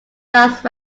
last